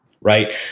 right